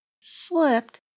slipped